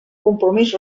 compromís